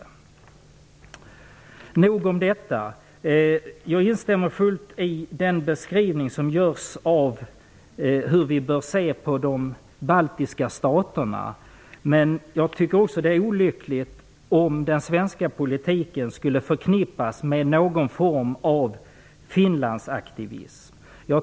Jag instämmer fullt ut i beskrivningen av hur vi bör se på de baltiska staterna. Men det är olyckligt om den svenska politiken skulle förknippas med någon form av Finlandsaktivism.